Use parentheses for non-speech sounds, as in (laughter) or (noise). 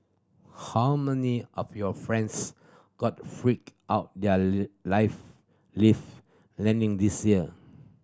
how many of your friends got freaked out their (unintelligible) life lift landing this year